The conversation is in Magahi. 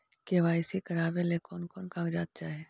के.वाई.सी करावे ले कोन कोन कागजात चाही?